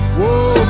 Whoa